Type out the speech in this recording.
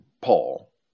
Paul